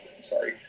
sorry